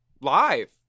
live